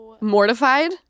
mortified